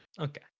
Okay